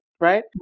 right